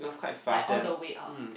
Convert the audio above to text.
like all the way out